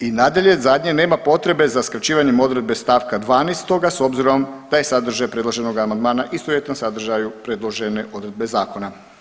I nadalje, zadnje, nema potrebe za skraćivanjem odredbe stavka 12 s obzirom da je sadržaj predloženoga amandmana istovjetan sadržaju predložene odredbe zakona.